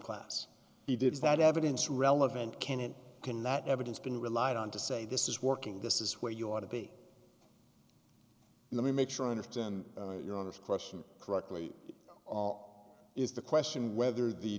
class he did that evidence relevant can and cannot evidence been relied on to say this is working this is where you want to be in the me make sure i understand your question correctly is the question whether the